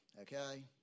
Okay